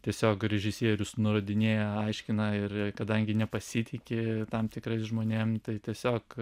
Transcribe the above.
tiesiog režisierius nurodinėja aiškina ir kadangi nepasitiki tam tikrais žmonėm tai tiesiog